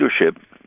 leadership